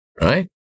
right